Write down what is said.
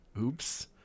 Oops